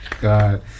God